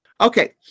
okay